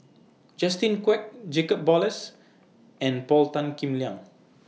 Justin Quek Jacob Ballas and Paul Tan Kim Liang